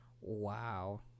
Wow